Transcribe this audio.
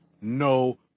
no